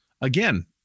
Again